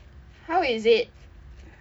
how is it